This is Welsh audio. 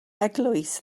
eglwys